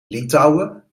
litouwen